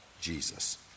Jesus